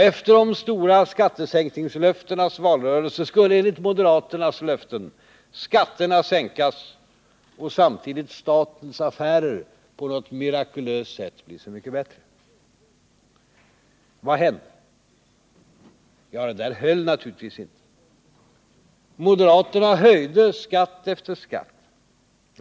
Efter de stora skattesänkningslöftenas valrörelse skulle, enligt moderaternas löften, skatterna sänkas och statens affärer samtidigt på något mirakulöst sätt bli så mycket bättre. Vad hände? Moderaterna höjde skatt efter skatt.